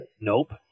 Nope